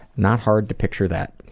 not hard to picture that.